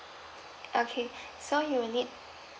okay so you need